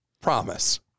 Promise